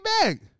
back